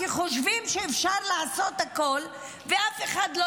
כי חושבים שאפשר לעשות הכול ואף אחד לא